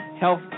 health